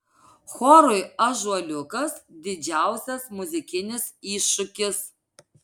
chorui ąžuoliukas didžiausias muzikinis iššūkis